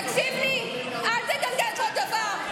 תקשיב לי, אל תגלגל כל דבר.